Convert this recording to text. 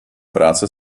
práce